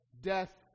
death